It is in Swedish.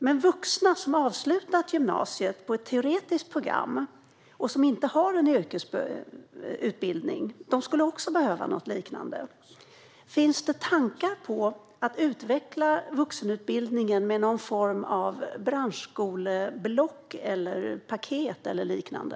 Men vuxna som avslutat ett teoretiskt program på gymnasiet och som inte har en yrkesutbildning skulle också behöva något liknande. Finns det tankar på att utveckla vuxenutbildningen med någon form av branschskoleblock eller paket eller liknande?